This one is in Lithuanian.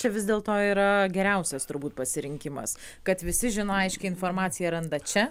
čia vis dėlto yra geriausias turbūt pasirinkimas kad visi žino aiškią informaciją randa čia